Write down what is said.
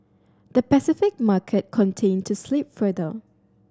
the Pacific market continued to slip further